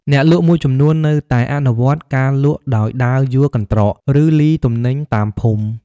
អ្នកលក់មួយចំនួននៅតែអនុវត្តការលក់ដោយដើរយួរកន្ត្រក ឬលីទំនិញតាមភូមិ។